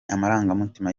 amarangamutima